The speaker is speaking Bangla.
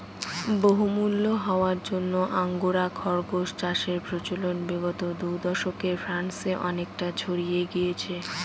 বহুমূল্য হওয়ার জন্য আঙ্গোরা খরগোস চাষের প্রচলন বিগত দু দশকে ফ্রান্সে অনেকটা ছড়িয়ে গিয়েছে